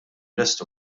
lest